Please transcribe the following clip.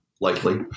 likely